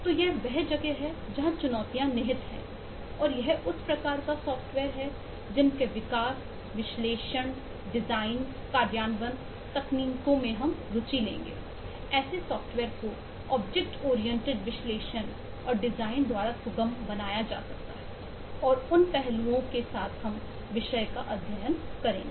तो यह वह जगह है जहाँ चुनौती निहित है और यह उस प्रकार का सॉफ्टवेयर है जिनके विकास विश्लेषण डिजाइन कार्यान्वयन तकनीकों में हम रुचि लेंगे ऐसे सॉफ़्टवेयर को ऑब्जेक्ट ओरिएंटेड विश्लेषण और डिज़ाइन द्वारा सुगम बनाया जा सकता है और उन पहलुओं के साथ हम विषय का अध्ययन करेंगे